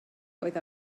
oedd